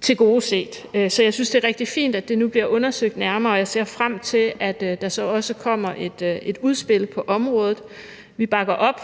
tilgodeset. Så jeg synes, det er rigtig fint, at det nu bliver undersøgt nærmere, og jeg ser frem til, at der så også kommer et udspil på området. Vi bakker op